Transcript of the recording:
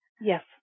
Yes